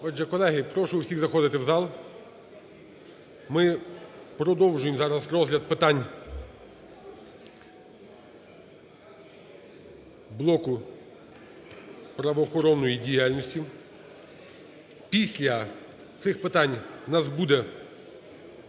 Отже, колеги, прошу усіх заходити в зал. Ми продовжуємо зараз розгляд питань блоку правоохоронної діяльності. Після цих питань в нас буде